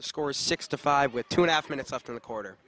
the score sixty five with two and a half minutes after the quarter